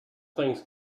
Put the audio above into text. things